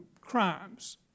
crimes